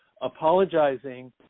apologizing